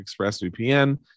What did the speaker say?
ExpressVPN